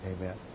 amen